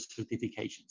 certifications